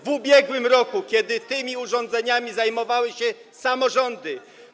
W ubiegłym roku, kiedy tymi urządzeniami zajmowały się samorządy.